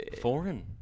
Foreign